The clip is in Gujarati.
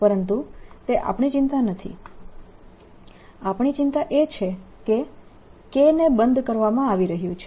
પરંતુ તે આપણી ચિંતા નથી આપણી ચિંતા એ છે કે K ને બંધ કરવામાં આવી રહ્યું છે